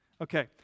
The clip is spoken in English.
Okay